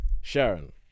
Sharon